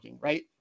right